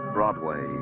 Broadway